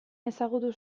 ezagutu